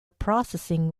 processing